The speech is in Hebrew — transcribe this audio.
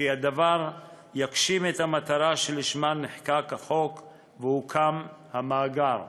וכי הדבר יגשים את המטרה שלשמה נחקק החוק והוקם המאגר,